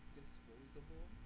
disposable